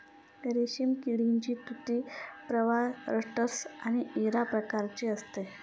रेशीम किडीची तुती प्रवाळ टसर व इरा प्रकारची असते